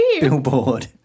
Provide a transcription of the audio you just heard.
billboard